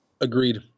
Agreed